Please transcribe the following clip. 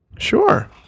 Sure